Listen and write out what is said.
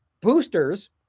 boosters